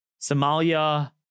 Somalia